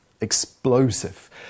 explosive